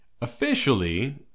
officially